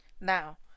now